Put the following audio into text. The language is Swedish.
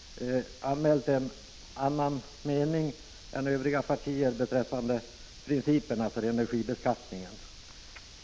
— anmält en avvikande mening. Vi har nämligen en annan mening än övriga partier beträffande principerna för energibeskattningen.